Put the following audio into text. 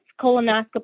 colonoscopy